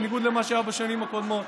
בניגוד למה שהיה בשנים הקודמות,